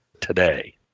today